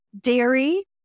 dairy